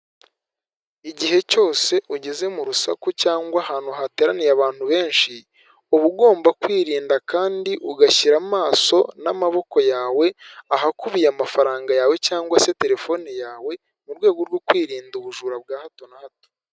Igihe cyose ugeze mu rusaku cyangwa ahantu hateraniye abantu benshi, uba ugomba kwirinda kandi ugashyira amaso n'amaboko yawe ahakubiye amafaranga yawe cyangwa se telefone yawe mu rwego rwo kwirinda ubujura bwa hato na hato.